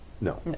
No